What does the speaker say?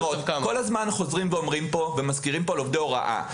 כל הזמן חוזרים ואומרים כאן ומזכירים עובדי הוראה.